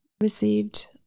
received